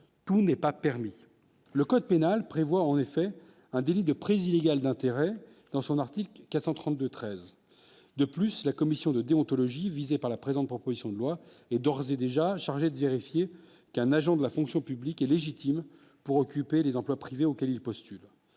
tout n'est pas permis le code pénal prévoit en effet un délit de prise illégale d'intérêts dans son article 432 13 de plus, la commission de déontologie visés par la présente proposition de loi est d'ores et déjà chargé de vérifier qu'un agent de la fonction publique est légitime pour occuper des emplois privés auquel il postule